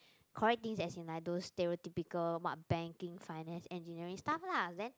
correct things as in like those stereotypical what banking finance engineering stuff lah then